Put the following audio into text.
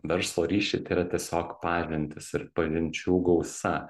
verslo ryšiai tai yra tiesiog pažintys ir pažinčių gausa